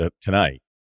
tonight